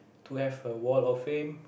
to have a wall of fame